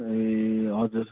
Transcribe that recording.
ए हजुर